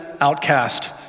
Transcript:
outcast